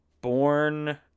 born